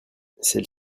celle